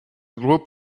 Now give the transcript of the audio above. group